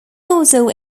also